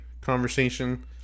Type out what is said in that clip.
conversation